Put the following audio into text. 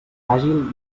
àgil